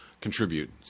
contribute